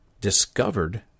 discovered